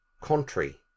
contrary